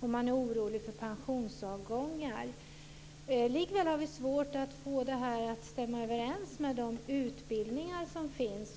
och man är orolig för pensionsavgångar. Likväl har vi svårt att få detta att stämma överens med de utbildningar som finns.